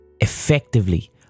effectively